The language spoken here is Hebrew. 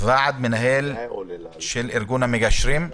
מהוועד המנהל של ארגון המגשרים.